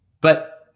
But-